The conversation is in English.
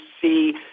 see